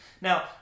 Now